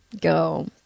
go